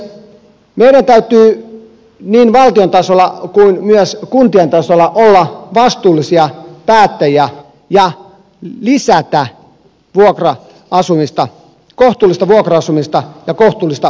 meidän täytyy niin valtion tasolla kuin myös kuntien tasolla olla vastuullisia päättäjiä ja lisätä kohtuullista vuokra asumista ja kohtuullista omistusasumista